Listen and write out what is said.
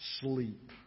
sleep